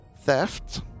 theft